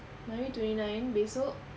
hari ni twenty nine esok